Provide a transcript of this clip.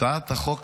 הצעת החוק